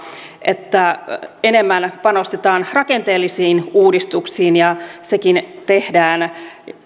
että nyt enemmän panostetaan rakenteellisiin uudistuksiin ja sekin tehdään niin että